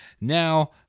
Now